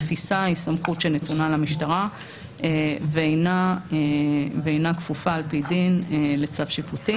התפיסה היא סמכות שנתונה למשטרה ואינה כפופה על פי דין לצו שיפוטי.